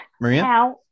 Maria